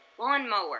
lawnmower